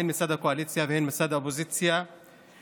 הן מצד הקואליציה והן מצד האופוזיציה לעתיד.